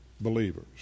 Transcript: believers